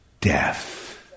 death